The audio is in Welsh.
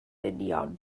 union